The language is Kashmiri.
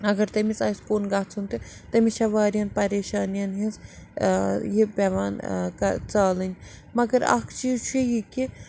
اگر تٔمِس آسہِ کُن گَژھن تہٕ تٔمِس چھےٚ وارِیاہن پریشٲنین ہِنٛزۍ یہِ پٮ۪وان کَہ ژالٕنۍ مگر اکھ چیٖز چھُ یہِ کہِ